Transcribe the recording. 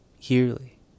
yearly